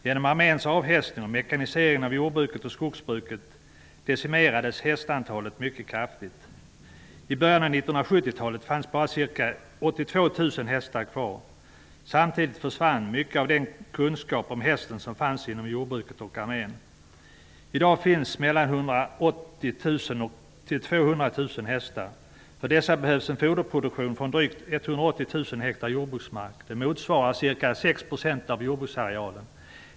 Genom arméns avhästning och mekaniseringen av jordbruket och skogsbruket decimerades hästantalet mycket kraftigt. I början av 1970-talet fanns bara ca 82 000 hästar kvar. Samtidigt försvann mycket av den kunskap om hästen som fanns inom jordbruket och armén. I dag finns mellan 180 000 och 200 000 hästar. För dessa behövs en foderproduktion från drygt 180 000 ha jordbruksmark. Det motsvarar ca 6 % av jordbruksarealen.